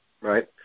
right